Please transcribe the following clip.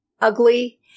ugly